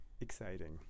exciting